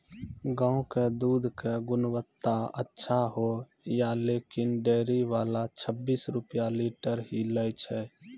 गांव के दूध के गुणवत्ता अच्छा होय या लेकिन डेयरी वाला छब्बीस रुपिया लीटर ही लेय छै?